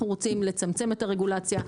אנחנו רוצים לצמצם את הרגולציה,